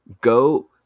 go